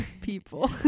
people